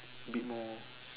a bit more